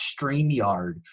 StreamYard